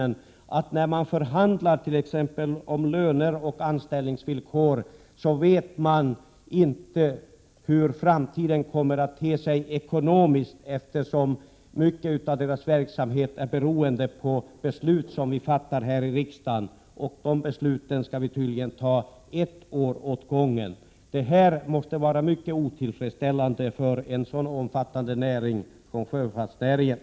När man förhandlar om t.ex. löner och anställningsvillkor, vet man inte hur framtiden kommer att te sig ekonomiskt, eftersom mycket av verksamheten är beroende av beslut som vi fattar här i riksdagen, och de besluten skall vi tydligen fatta ett åt gången. Det måste vara mycket otillfredsställande för en så omfattande näring som sjöfartsnäringen.